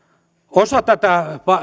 osa tätä